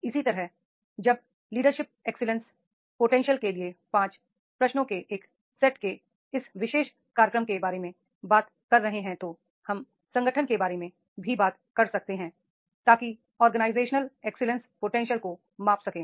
इसी तरह जब लीडरशिप एक्सीलेंस पोटेंशियल के लिए 5 प्रश्नों के एक सेट के इस विशेष कार्यक्रम के बारे में बात कर रहे हैं तो हम संगठन के बारे में भी बात कर सकते हैं ताकि ऑर्गेनाइजेशन एक्सीलेंस पोटेंशियल को माप सकें